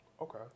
Okay